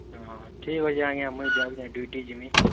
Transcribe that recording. ହଁ ହଁ ଠିକ୍ ଅଛେ ଆଜ୍ଞା ମୁଇଁ ଯାଉଛେ ଡ୍ୟୁଟି ଯିମି